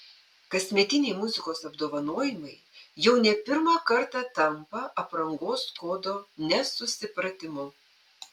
kasmetiniai muzikos apdovanojimai jau ne pirmą kartą tampa aprangos kodo nesusipratimu